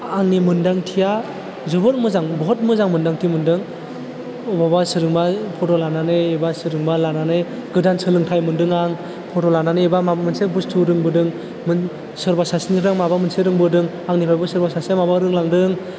आंनि मोनदांथिया जोबोर मोजां बहुत मोजां मोनदांथि मोनदों अबावबा सोरजोंबा फट' लानानै एबा सोरजोंबा लानानै गोदान सोलोंथाय मोनदों आं फट' लानानै एबा माबा मोनसे बुस्तु रोंबोदों मोन सोरबा सासेनिफ्राय माबा मोनसे रोंबोदों आंनिफ्रायबो सोरबा सासेया माबा रोंलांदों